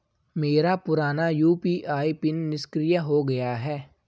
मेरा पुराना UPI PIN निष्क्रिय हो गया है